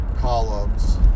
columns